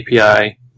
API